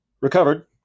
recovered